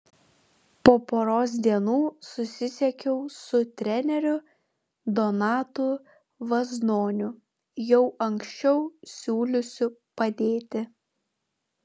po poros dienų susisiekiau su treneriu donatu vaznoniu jau anksčiau siūliusiu padėti